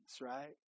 right